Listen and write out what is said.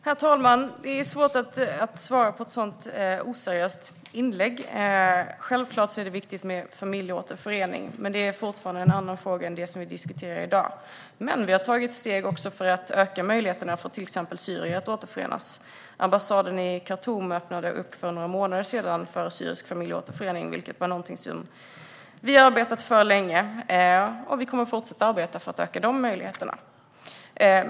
Herr talman! Det är svårt att svara på ett så oseriöst inlägg. Självklart är det viktigt med familjeåterförening, men det är fortfarande en annan fråga än det som vi diskuterar i dag. Vi har dock tagit steg för att öka möjligheterna för till exempel syrier att återförenas. Ambassaden i Khartoum öppnade för några månader sedan för syrisk familjeåterförening, vilket var någonting som vi arbetat för länge. Vi kommer att fortsätta arbeta för att öka de möjligheterna.